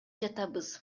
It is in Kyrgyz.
жатабыз